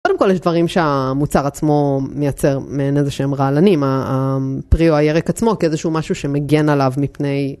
קודם כל יש דברים שהמוצר עצמו מייצר מעין איזה שהם רעלנים, הפרי או הירק עצמו כאיזשהו משהו שמגן עליו מפני...